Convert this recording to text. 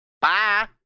Bye